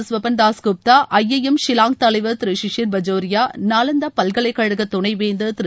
Swapan Das Gupta IIM Shillong தலைவர் திருசிஷிர் பஜோரியா நாவாந்தா பல்கலைக்கழக துணைவேந்தர் திரு